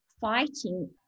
fighting